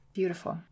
beautiful